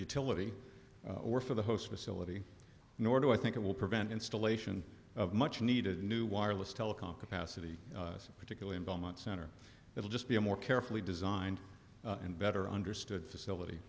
utility or for the host facility nor do i think it will prevent installation of much needed new wireless telecom capacity particularly in belmont center it'll just be a more carefully designed and better understood facility